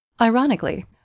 Ironically